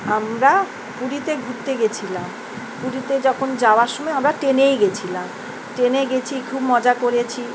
আমরা পুরীতে ঘুরতে গেয়েছিলাম পুরীতে যখন যাওয়ার সময় আমরা ট্রেনেই গিয়েছিলাম ট্রেনে গেছি খুব মজা করেছি